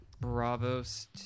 bravos